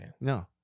No